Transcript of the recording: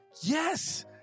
yes